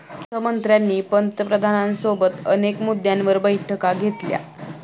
अर्थ मंत्र्यांनी पंतप्रधानांसोबत अनेक मुद्द्यांवर बैठका घेतल्या